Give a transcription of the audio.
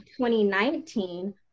2019